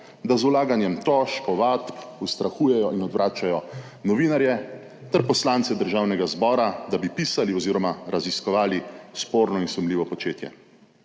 da z vlaganjem tožb ovadb ustrahujejo in odvračajo novinarje ter poslance Državnega zbora, da bi pisali, oz. raziskovali sporno in sumljivo početje.